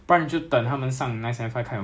okay most of them to be honest uh